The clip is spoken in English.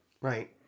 Right